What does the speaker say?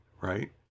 Right